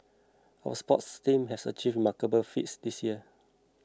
our sports teams have achieved remarkable feats this year